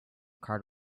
card